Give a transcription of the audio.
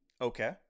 Okay